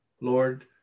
lord